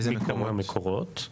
איזה מקורות?